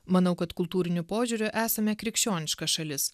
manau kad kultūriniu požiūriu esame krikščioniška šalis